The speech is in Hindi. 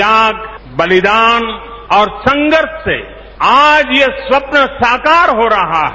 त्यागए बलिदान और संघर्ष से आज ये स्वप्न साकार हो रहा है